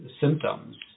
symptoms